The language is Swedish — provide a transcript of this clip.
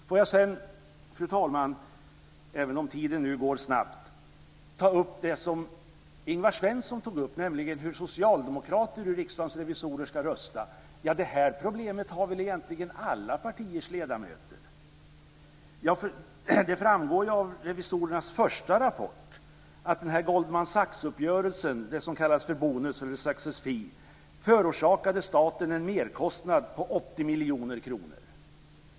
Fru talman! Även om tiden nu går snabbt vill jag ta upp det som Ingvar Svensson tog upp, nämligen hur socialdemokrater i Riksdagens revisorer ska rösta. Ja, det problemet har väl egentligen alla partiers ledamöter! Det framgår av revisorernas första rapport att Goldman Sachs-uppgörelsen och det som kallas för bonus eller success fee, förorsakade staten en merkostnad på 80 miljoner kronor.